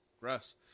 Russ